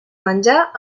menjar